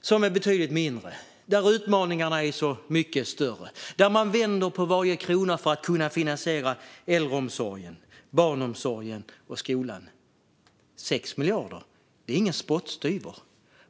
som är betydligt mindre, där utmaningarna är så mycket större, där man vänder på varje krona för att kunna finansiera äldreomsorgen, barnomsorgen och skolan. Där är 6 miljarder ingen spottstyver.